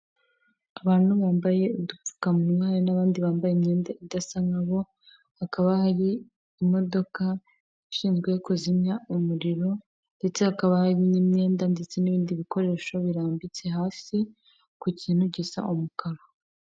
Abantu bambaye udupfukamunwa hari n'abandi bambaye imyenda idasa nka bo, hakaba hari imodoka ishinzwe kuzimya umuriro ndetse hakaba hari n'imyenda ndetse n'ibindi bikoresho birambitse hasi ku kintu gisa umukara.